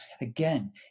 again